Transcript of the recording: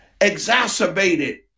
exacerbated